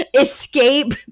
escape